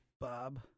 Bob